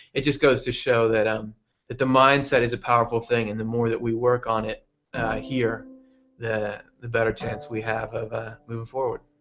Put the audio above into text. it just goes to show that um that the mindset is a powerful thing and the more that we work on it here the the better chance we have of ah moving forward.